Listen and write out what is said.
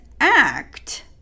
act